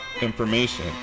Information